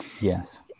Yes